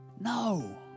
No